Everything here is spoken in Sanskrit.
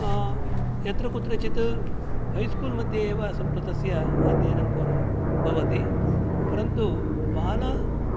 यत्र कुत्रचित् है स्कूल् मध्ये एव संस्कृतस्य अध्ययनं भवति परन्तु बाला